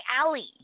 alley